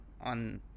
on